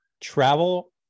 travel